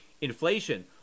inflation